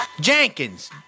Jenkins